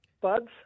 Buds